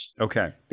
Okay